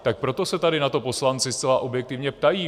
Tak proto se tady na to poslanci zcela objektivně ptají.